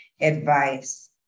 advice